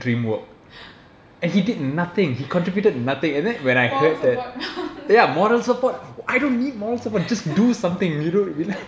moral support